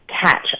catch